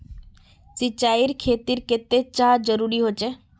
सिंचाईर खेतिर केते चाँह जरुरी होचे?